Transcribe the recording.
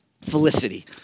Felicity